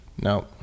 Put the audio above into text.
No